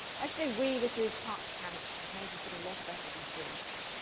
i say we this is parks canada. the canadians put a lot of effort into doing this.